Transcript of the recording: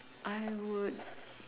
I would